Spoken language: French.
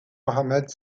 muhammad